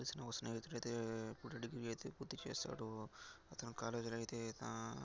నాకు తెలిసిన ఒక స్నేహితుడు అయితే డిగ్రీ అయితే పూర్తిచేశాడు అతను కాలేజీలో అయితే